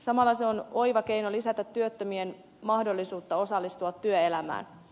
samalla se on oiva keino lisätä työttömien mahdollisuutta osallistua työelämään